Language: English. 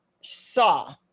saw